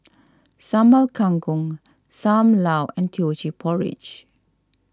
Sambal Kangkong Sam Lau and Teochew Porridge